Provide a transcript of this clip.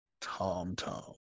Tom-Tom